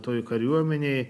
toje kariuomenėje